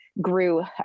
grew